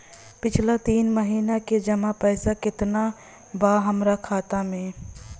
पिछला तीन महीना के जमा पैसा केतना बा हमरा खाता मे?